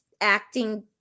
acting